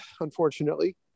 unfortunately